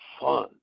fun